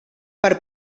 per